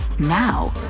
Now